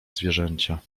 zwierzęcia